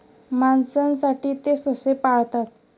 मांसासाठी ते ससे पाळतात